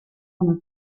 una